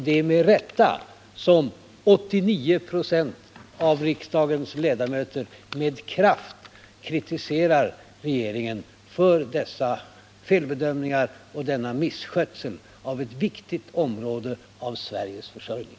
Det är med rätta som 89 96 av riksdagens ledamöter med kraft kritiserar regeringen för dessa felbedömningar och denna misskötsel av ett viktigt område av Sveriges försörjning.